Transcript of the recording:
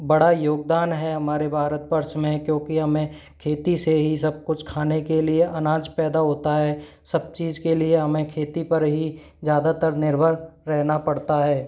बड़ा योगदान है हमारे भारत वर्ष में क्योंकि हमें खेती से ही सब कुछ खाने के लिये अनाज पैदा होता है सब चीज के लिये हमें खेती पर ही ज़्यादातर निर्भर रहना पड़ता है